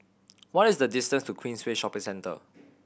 what is the distance to Queensway Shopping Centre